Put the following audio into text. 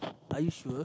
are you sure